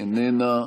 איננה,